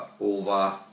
over